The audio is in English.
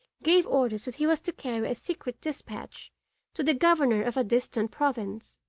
gave orders that he was to carry a secret despatch to the governor of a distant province.